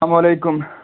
اَسَلامُ علیکُم